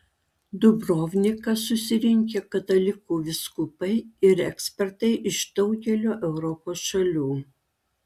dubrovniką susirinkę katalikų vyskupai ir ekspertai iš daugelio europos šalių